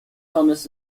thomas